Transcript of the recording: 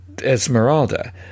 Esmeralda